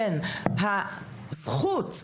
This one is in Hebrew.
בין הזכות,